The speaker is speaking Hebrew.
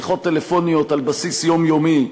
שיחות טלפוניות על בסיס יומיומי.